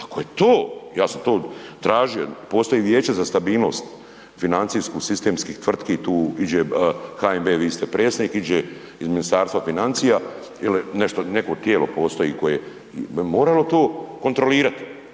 ako je to, ja sam to tražio, postoji vijeće za stabilnost financijsku sistemskih tvrtki, tu iđe, HNB vi ste predsjednik, iđe iz Ministarstva financija ili nešto, neko tijelo postoji koje bi moralo to kontrolirati,